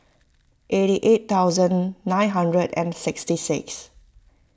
eight eight thousand nine hundred and sixty six